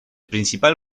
principal